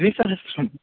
द्विसहस्रं